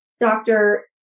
doctor